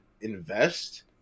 invest